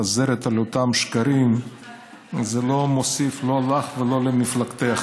חוזרת על אותם שקרים זה לא מוסיף לא לך ולא למפלגתך.